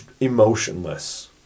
emotionless